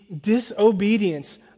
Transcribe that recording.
disobedience